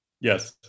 Yes